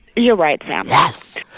you're right, sam yes